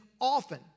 often